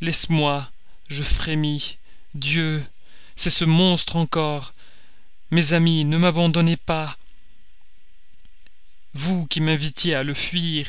laisse-moi je frémis dieu c'est ce monstre encore mes amies ne m'abandonnez pas vous qui m'invitiez à le fuir